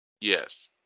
yes